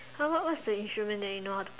how long what's the insurance that you know how to